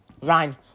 Ryan